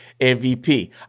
MVP